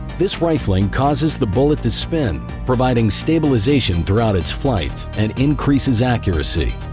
this rifling causes the bullet to spin, providing stabilization throughout its flight and increases accuracy.